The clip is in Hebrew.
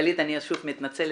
גלית, אני שוב מתנצלת.